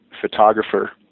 photographer